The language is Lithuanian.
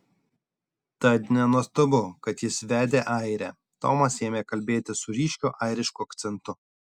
tad nenuostabu kad jis vedė airę tomas ėmė kalbėti su ryškiu airišku akcentu